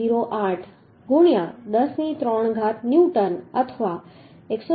08 ગુણ્યાં 10 ની 3 ઘાત ન્યૂટન અથવા 127